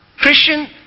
Christian